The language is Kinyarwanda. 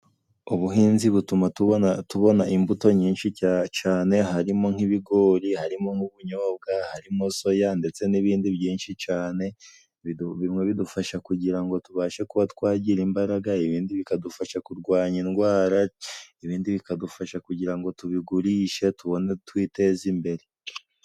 Ubuhinzi butuma tubona imbuto nyinshi cyane: Harimo nk'ibigori, harimo n'ubunyobwa, harimo soya, ndetse n'ibindi byinshi cyane bidufasha kugira ngo tubashe kuba twagira imbaraga. Ibindi bikadufasha kurwanya indwara, ibindi bikadufasha kugira ngo tubigurishe, tubone twiteza imbere.